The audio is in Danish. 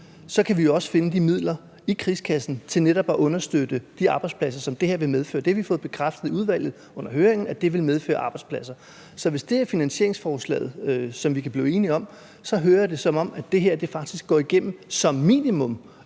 kan vi også finde de midler i krigskassen til netop at understøtte de arbejdspladser, som det her vil medføre. Det har vi fået bekræftet i udvalget under høringen, altså at det vil medføre arbejdspladser. Så hvis det er finansieringsforslaget, som vi kan blive enige om, hører jeg det, som om det her faktisk går igennem som minimum,